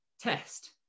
test